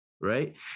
right